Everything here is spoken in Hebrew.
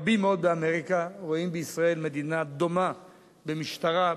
רבים מאוד באמריקה רואים בישראל מדינה דומה במשטרה,